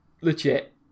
legit